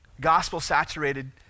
Gospel-saturated